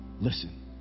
Listen